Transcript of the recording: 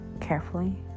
carefully